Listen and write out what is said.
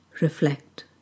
Reflect